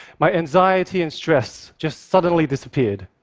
my anxiety and stress just suddenly disappeared.